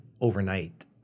overnight